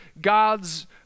God's